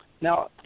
Now